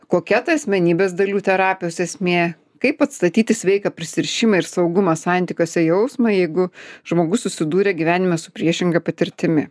kokia ta asmenybės dalių terapijos esmė kaip atstatyti sveiką prisirišimą ir saugumą santykiuose jausmą jeigu žmogus susidūrė gyvenime su priešinga patirtimi